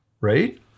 right